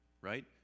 right